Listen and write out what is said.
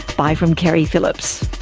bye from keri phillips